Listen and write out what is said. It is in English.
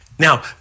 Now